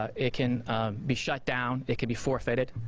ah it can be shut down, it can be forfeited.